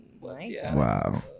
Wow